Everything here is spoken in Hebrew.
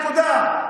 נקודה.